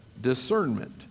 Discernment